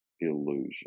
illusion